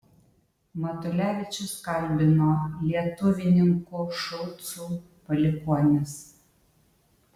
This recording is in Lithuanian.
matulevičius kalbino lietuvininkų šulcų palikuonis